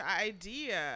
idea